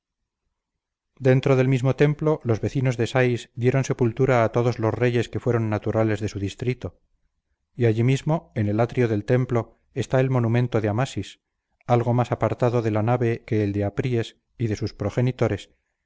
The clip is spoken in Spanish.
dentro del mismo templo los vecinos de sais dieron sepultura a todos los reyes que fueron naturales de su distrito y allí mismo en el atrio del templo está el monumento de amasis algo más apartado de la nave que el de apríes y de sus progenitores